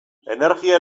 energia